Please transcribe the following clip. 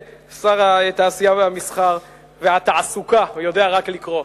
שר התעשייה, המסחר והתעסוקה יודע רק לקרוא.